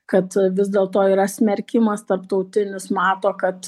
kad vis dėlto yra smerkimas tarptautinis mato kad